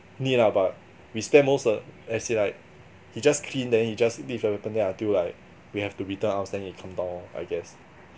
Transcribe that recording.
need lah but we spend most of as in like he just clean then he just leave the weapon there until like we have to return arms he come down lor I guess